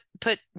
put